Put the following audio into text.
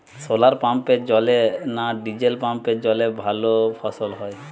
শোলার পাম্পের জলে না ডিজেল পাম্পের জলে ভালো ফসল হয়?